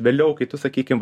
vėliau kai tu sakykim